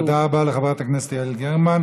תודה רבה לחברת הכנסת יעל גרמן.